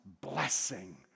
blessing